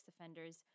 offenders